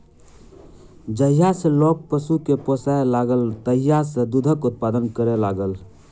जहिया सॅ लोक पशु के पोसय लागल तहिये सॅ दूधक उत्पादन करय लागल